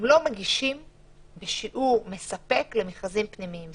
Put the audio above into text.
לא מגישים בשיעור מספק למכרזים פנימיים.